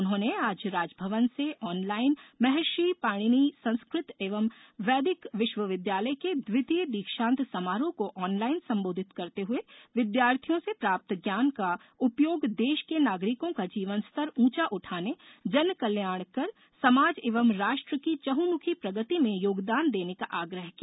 उन्होंने आज राजभवन से ऑनलाईन महर्षि पाणिनि संस्कृत एवं वैदिक विश्वविदयालय के द्वितीय दीक्षांत समारोह को ऑनलाइन संबोधित करते हुए विदयार्थियों से प्राप्त ज्ञान का उपयोग देश के नागरिकों का जीवन स्तर ऊँचा उठाने जनकल्याण कर समाज एवं राष्ट्र की चहँमुखी प्रगति में योगदान देने का आग्रह किया